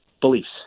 beliefs